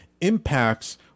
impacts